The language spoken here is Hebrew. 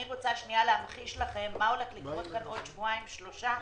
אני רוצה להמחיש לכם מה הולך לקרות כאן עוד שבועיים שלושה,